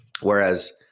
Whereas